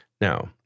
Now